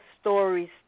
stories